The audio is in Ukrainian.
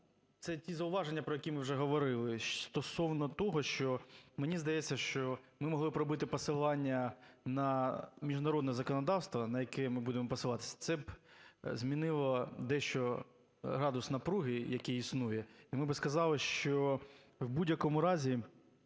Це ті зауваження, про які ми вже говорили. Стосовно того, що, мені здається, що ми могли б робити посилання на міжнародне законодавство, на яке ми будемо посилатися, це б змінило дещо градус напруги, який існує. І ми би сказали, що в будь-якому разі